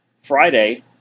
Friday